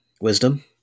Wisdom